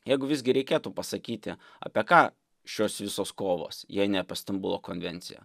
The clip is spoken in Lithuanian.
jeigu visgi reikėtų pasakyti apie ką šios visos kovos jei ne apie stambulo konvencija